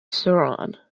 sauron